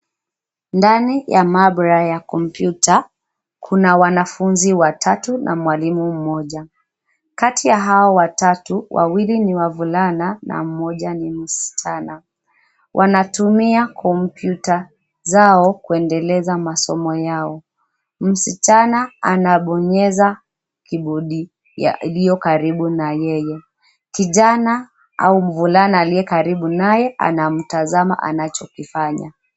Ndani ya maabara ya kompyuta, kuna wanafunzi watatu na mwalimu mmoja. Kati ya hao watatu, wawili ni wavulana na mmoja ni msichana. Wanatumia kompyuta, zao kuendeleza masomo yao. Msichana anabonyeza, kibodi, yaliyo karibu na yeye. Kijana, au mvulana aliye karibu naye anamtazama anachokifanya.